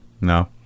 No